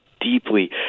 deeply